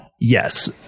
yes